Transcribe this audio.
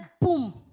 boom